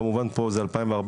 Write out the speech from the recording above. כמובן פה זה 2014,